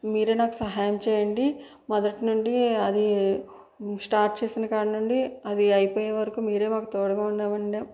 మీరే నాకు సహాయం చేయండి మొదటి నుండి అది స్టార్ట్ చేసిన కాడ నుండి అది అయిపోయే వరకు మీరే మాకు తోడుగా ఉండ